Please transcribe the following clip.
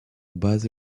base